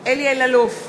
אלי אלאלוף,